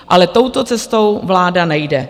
Ale touto cestou vláda nejde.